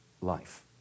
life